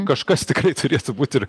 gal kažkas tikrai turėtų būt ir